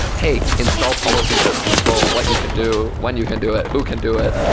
ah hey, install policies that control what you can do, when you can do it, who can do it?